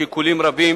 שיקולים רבים